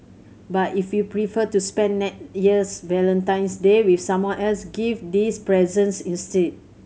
but if you prefer to spend next year's Valentine's Day with someone else give these presents instead